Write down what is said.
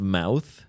mouth